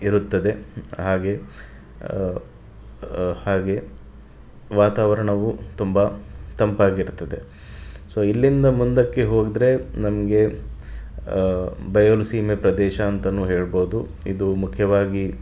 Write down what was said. ಇರುತ್ತದೆ ಹಾಗೆ ಹಾಗೆ ವಾತಾವರಣವು ತುಂಬ ತಂಪಾಗಿರ್ತದೆ ಸೊ ಇಲ್ಲಿಂದ ಮುಂದಕ್ಕೆ ಹೋದರೆ ನಮಗೆ ಬಯಲುಸೀಮೆ ಪ್ರದೇಶ ಅಂತಲೂ ಹೇಳ್ಬೋದು ಇದು ಮುಖ್ಯವಾಗಿ